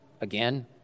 again